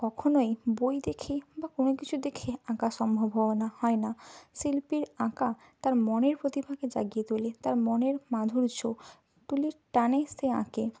কখনই বই দেখে বা কোনো কিছু দেখে আঁকা সম্ভব হওয়া না হয় না শিল্পীর আঁকা তার মনের প্রতিভাকে জাগিয়ে তোলে তার মনের মাধুর্য তুলির টানে সে আঁকে